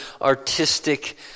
artistic